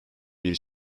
bir